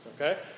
Okay